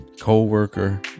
co-worker